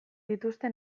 dituzte